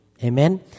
Amen